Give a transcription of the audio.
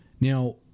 Now